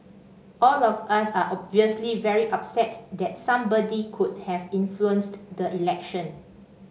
all of us are obviously very upset that somebody could have influenced the election